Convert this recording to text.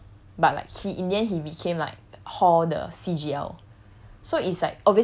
that we wanted to sculpt but like he in the end he became like hall the C_G_L